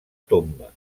tomba